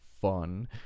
fun